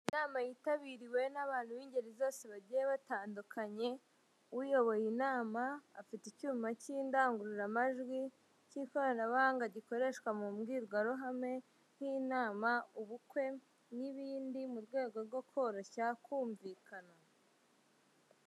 Inama yitabiriwe n'abantu b'ingeri zose bagiye batandukanye, uyoboye inama afite icyuma cy'indangururamajwi k'ikoranabuhanga gikoreshwa mu mbwirwaruhame, nk'inama, ubukwe n'ibindi mu rwego rwo koroshya kumvikana.